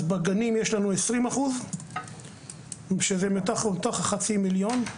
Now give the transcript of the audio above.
אז בגנים יש לנו 20% שזה בתוך החצי מיליון.